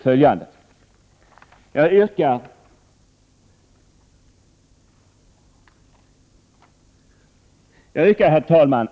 Herr talman!